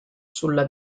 sulla